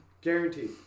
Guaranteed